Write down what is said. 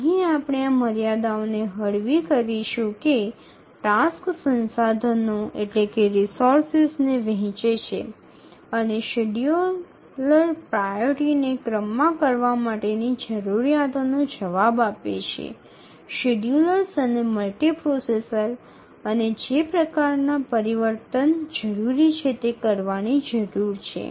અહીં આપણે આ મર્યાદાઓને હળવી કરીશું કે ટાસક્સ સંસાધનો ને વહેંચે છે અને શેડ્યૂલર પ્રાઓરિટીને ક્રમમાં કરવા માટેની જરૂરિયાતોનો જવાબ આપે છે શેડ્યૂલર્સ અને મલ્ટિપ્રોસેસર અને જે પ્રકારનાં પરિવર્તન જરૂરી છે તે કરવાની જરૂર છે